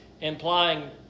implying